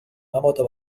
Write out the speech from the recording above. مبادا